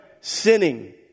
sinning